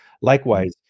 Likewise